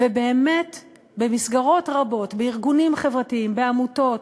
ובאמת במסגרות רבות, בארגונים חברתיים, בעמותות,